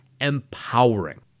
empowering